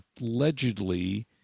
allegedly